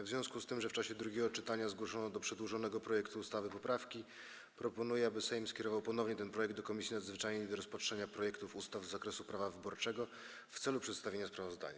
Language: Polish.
W związku z tym, że w czasie drugiego czytania zgłoszono do przedłożonego projektu ustawy poprawki, proponuję, aby Sejm skierował ponownie ten projekt do Komisji Nadzwyczajnej do rozpatrzenia projektów ustaw z zakresu prawa wyborczego w celu przedstawienia sprawozdania.